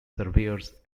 surveyors